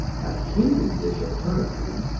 a heaping dish of turnip greens,